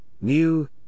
new